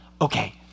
Okay